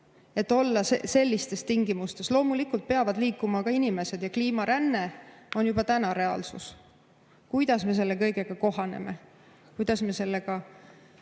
et olla sellistes tingimustes. Loomulikult peavad liikuma ka inimesed. Kliimaränne on juba reaalsus. Kuidas me selle kõigega kohaneme? Kohanemine sõltub